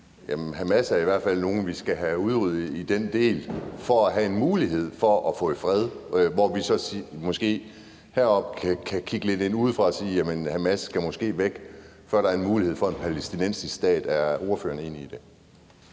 at Hamas i hvert fald er nogle, man skal have udryddet for at have en mulighed for at få fred, hvor vi måske heroppe kan kigge på det lidt udefra og sige, at Hamas måske skal væk, før der er en mulighed for en palæstinensisk stat. Er ordføreren enig i det?